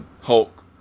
Hulk